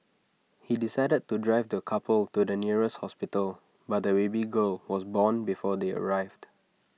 he decided to drive the couple to the nearest hospital but the baby girl was born before they arrived